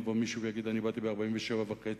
יבוא מישהו ויגיד: אני באתי ב-47' וחצי.